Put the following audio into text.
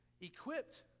equipped